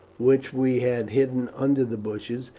which we had hidden under the bushes,